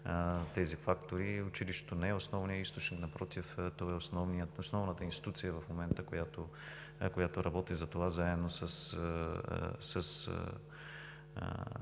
тези фактори. Училището не е основният източник, напротив, то е основната институция в момента, която работи за това заедно